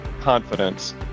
confidence